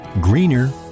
greener